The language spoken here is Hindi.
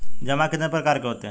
जमा कितने प्रकार के होते हैं?